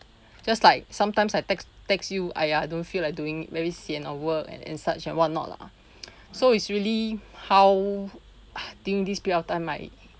just like sometimes I text text you I I don't feel like doing very sian of work and and such and what not lah so it's really how I think this period of time I